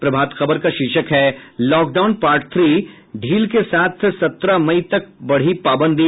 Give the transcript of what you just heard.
प्रभात खबर का शीर्षक है लॉकडाउन पार्ट थ्री ढील के साथ सत्रह मई तक बढ़ी पाबंदी